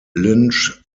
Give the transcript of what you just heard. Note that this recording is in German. lynch